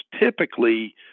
Typically